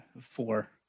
Four